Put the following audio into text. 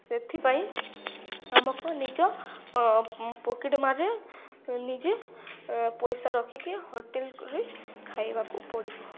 ସେଥିପାଇଁ ଆମକୁ ନିଜ ପକେଟ୍ ମାର୍ରେ ନିଜେ ପଇସା ରଖିକି ହୋଟେଲ୍ରେ ଖାଇବାକୁ ପଡ଼ିବ